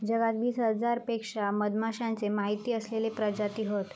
जगात वीस हजारांपेक्षा मधमाश्यांचे माहिती असलेले प्रजाती हत